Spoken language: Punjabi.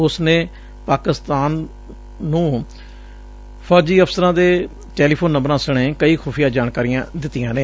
ਉਸਨੇ ਪਾਕਿਸਤਾਨੀ ਨੂੰ ਫੌਜੀ ਅਫਸਰਾਂ ਦੇ ਟੈਲੀਫੋਨ ਨੰਬਰਾਂ ਸਣੇ ਕਈ ਖੁਫ਼ੀਆ ਜਾਣਕਾਰੀਆਂ ਦਿੱਤੀਆਂ ਨੇ